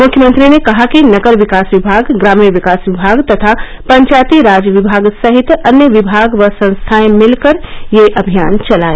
मृख्यमंत्री ने कहा कि नगर विकास विभाग ग्राम्य विकास विभाग तथा पंचायतीराज विभाग सहित अन्य विभाग व संस्थाएं मिलकर यह अभियान चलाए